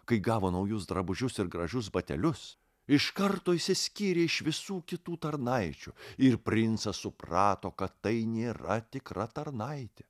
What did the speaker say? kai gavo naujus drabužius ir gražius batelius iš karto išsiskyrė iš visų kitų tarnaičių ir princas suprato kad tai nėra tikra tarnaitė